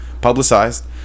publicized